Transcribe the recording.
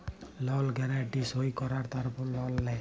লল গ্যারান্টি সই কঁরায় তারপর লল দেই